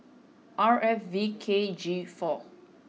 R F V K G four